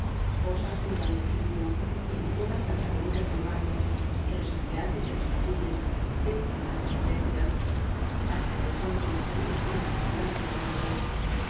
fosas junto al edificio en todas las avenidas del parque en los arriates de los jardines dentro de las dependencias hasta en el fondo de la laguna circular había muertos